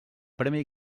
premi